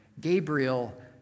Gabriel